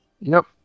Nope